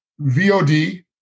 vod